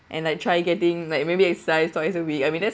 and like try getting like maybe exercise twice a week I mean that's